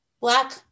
black